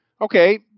okay